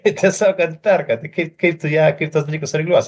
tiesiog kad perka tai kaip kaip tu ją kaip tuos dalykus sureguliuosi